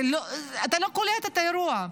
אתה לא קולט את האירוע.